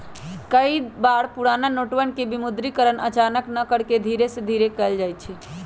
कई बार पुराना नोटवन के विमुद्रीकरण अचानक न करके धीरे धीरे कइल जाहई